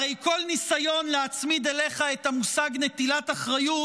הרי כל ניסיון להצמיד אליך את המושג "נטילת אחריות"